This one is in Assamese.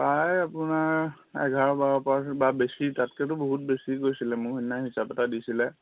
প্ৰায় আপোনাৰ এঘাৰ বাৰ পৰা বা বেছি তাতকেতো বহুত বেছি গৈছিলে মোৰ সেইদিনা হিচাপ এটা দিছিলে